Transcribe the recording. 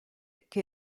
che